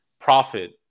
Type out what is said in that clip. profit